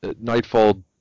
Nightfall